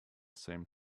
same